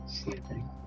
sleeping